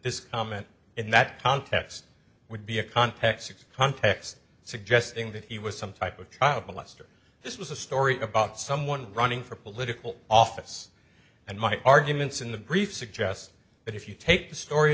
this comment in that context would be a context a context suggesting that he was some type of child molester this was a story about someone running for political office and my arguments in the brief suggest that if you take the story